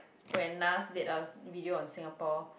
when Nas did a video on Singapore